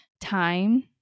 time